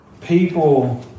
people